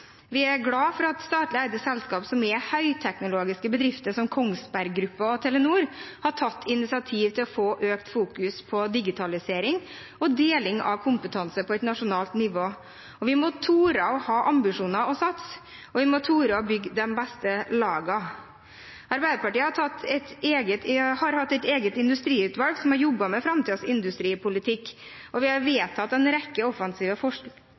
Vi er glade for at statlig eide selskaper som er høyteknologiske bedrifter, som Kongsberg Gruppen og Telenor, har tatt initiativ for å få økt fokus på digitalisering og deling av kompetanse på et nasjonalt nivå. Vi må tore å ha ambisjoner og satse, og vi må tore å bygge de beste lagene. Arbeiderpartiet har hatt et eget industriutvalg som har jobbet med framtidens industripolitikk, og vi har vedtatt en rekke offensive